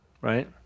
right